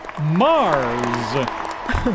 Mars